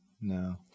no